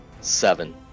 Seven